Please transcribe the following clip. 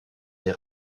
les